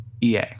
EA